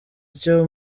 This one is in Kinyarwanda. icyo